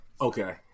okay